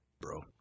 Bro